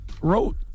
wrote